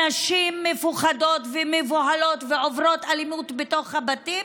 הנשים מפוחדות ומבוהלות ועוברות אלימות בתוך הבתים